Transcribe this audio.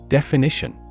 Definition